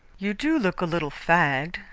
you do look a little fagged,